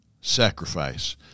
sacrifice